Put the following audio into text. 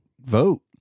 Vote